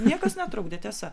niekas netrukdė tiesa